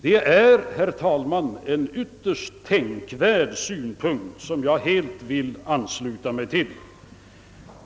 Det är, herr talman, en ytterst tänkvärd synpunkt, som jag helt vill ansluta mig till.